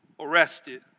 arrested